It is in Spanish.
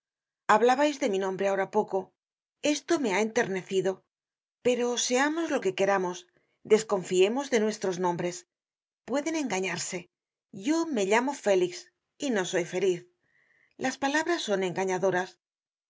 hablábais de mi nombre ahora poco esto me ha enternecido pero seamos lo que queramos desconfiemos de nuestros nombres pueden engañarse yo me llamo félix y no soy feliz las palabras son engañadoras no